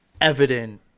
evident